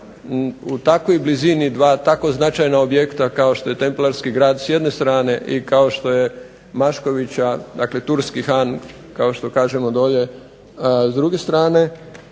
u takvoj blizini 2 tako značajna objekta kao što je Templarski grad s jedne strane i kao što je Maškovića, dakle turski Han kao što kažemo dolje, s druge strane.